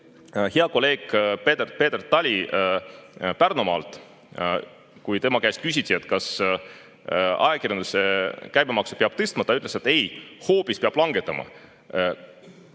hea kolleeg Peeter Tali Pärnumaalt, kui tema käest küsiti, kas ajakirjanduse käibemaksu peab tõstma, ütles ta, et ei, hoopis peab langetama.